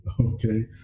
okay